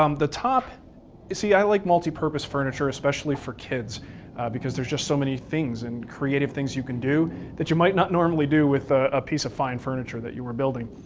um the top. you see, i like multi-purpose furniture, especially for kids because there's just so many things and creative things you can do that you might not normally do with a piece of fine furniture that you are building.